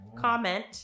Comment